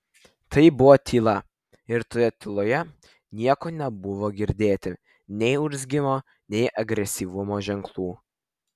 tai buvo tyla ir toje tyloje nieko nebuvo girdėti nei urzgimo nei agresyvumo ženklų